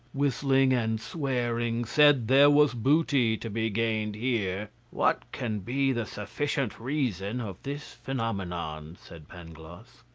whistling and swearing, said there was booty to be gained here. what can be the sufficient reason of this phenomenon? said pangloss.